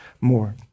more